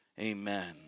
amen